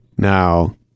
Now